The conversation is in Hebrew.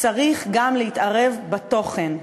צריך להתערב גם בתוכן.